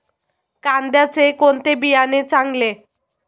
कांद्याचे कोणते बियाणे चांगले?